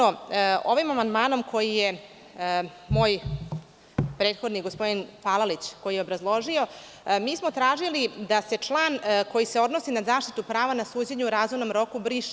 Ovim amandmanom koji je moj prethodnik, gospodin Palalić, obrazložio, mi smo tražili da se član koji se odnosi na zaštitu prava na suđenje u razumnom roku briše.